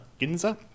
Ginza